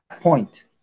point